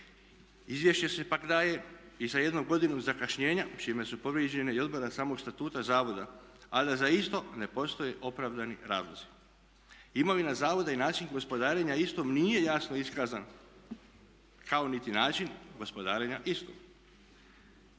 Izvješće se pak daje i sa jednom godinom zakašnjenja čime su povrijeđene i odredbe samog statuta zavoda, a da za isto ne postoje opravdani razlozi. Imovina zavoda i način gospodarenja istom nije jasno iskazan kao niti način gospodarenja istom.